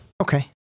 Okay